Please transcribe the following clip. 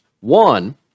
One